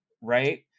right